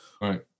Right